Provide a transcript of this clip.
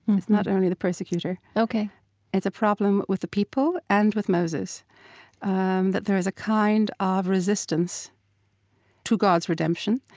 it's not only the persecutor. it's a problem with the people and with moses um that there's a kind ah of resistance to god's redemption,